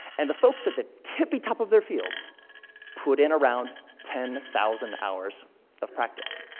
and the folks at the tippy top of their fields put in around ten thousand hours of practice.